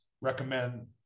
recommend